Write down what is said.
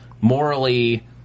morally